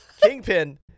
Kingpin